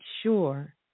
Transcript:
sure